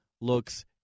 looks